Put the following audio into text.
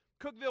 Cookville